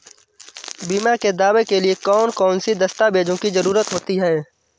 बीमा के दावे के लिए कौन कौन सी दस्तावेजों की जरूरत होती है?